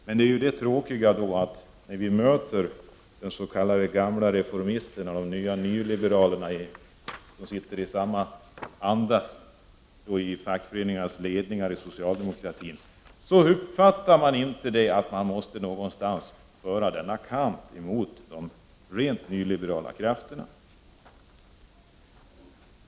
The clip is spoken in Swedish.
Men det tråkiga är ju att när vi möter de s.k. gamla reformisterna och de nya nyliberalerna som sitter i fackföreningarnas ledningar, så uppfattar man inte att man någonstans måste föra denna kamp mot de rent nyliberala krafterna.